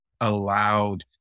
allowed